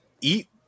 eat